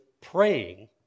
praying